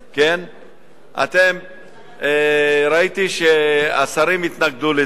ראיתי שהשרים התנגדו לזה.